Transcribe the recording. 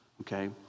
okay